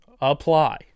Apply